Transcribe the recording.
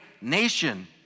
nation